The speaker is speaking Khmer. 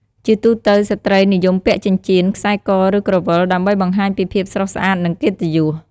ជាទូទៅ ស្ត្រីនិយមពាក់ចិញ្ចៀន ខ្សែក ឬ ក្រវិល ដើម្បីបង្ហាញពីភាពស្រស់ស្អាត និងកិត្តិយស។